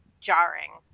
jarring